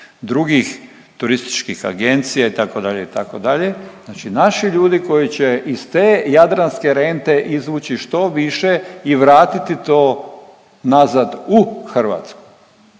drugih turističkih agencija itd., itd., dakle naši ljudi koji će iz te jadranske rente izvući što više i vratiti to nazad u Hrvatsku,